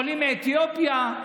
עולים מאתיופיה.